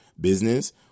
business